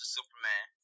Superman